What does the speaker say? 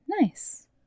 nice